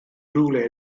rhywle